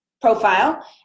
profile